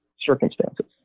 circumstances